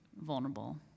vulnerable